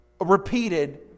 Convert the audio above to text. repeated